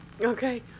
Okay